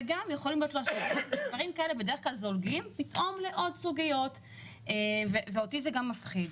וגם יכולים --- דברים כאלה --- לעוד סוגיות ואותי זה גם מפחיד.